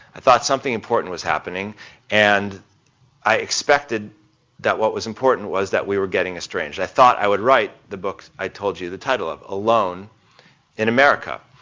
i thought something important was happening and i expected that what was important was that we were getting estranged. i thought i would write the book i told you the title of, alone in america.